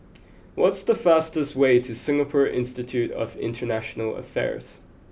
what's the fastest way to Singapore Institute of International Affairs